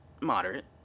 moderate